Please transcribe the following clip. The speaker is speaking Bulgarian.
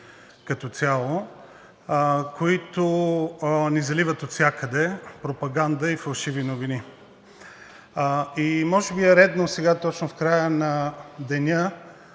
които ни заливат отвсякъде – пропаганда и фалшиви новини. Може би е редно сега, точно в края на деня,